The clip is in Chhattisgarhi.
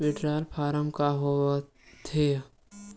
विड्राल फारम का होथेय